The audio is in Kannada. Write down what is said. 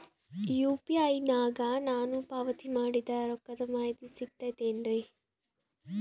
ಯು.ಪಿ.ಐ ನಾಗ ನಾನು ಪಾವತಿ ಮಾಡಿದ ರೊಕ್ಕದ ಮಾಹಿತಿ ಸಿಗುತೈತೇನ್ರಿ?